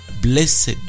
Blessed